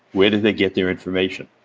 where do they get their information?